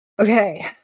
Okay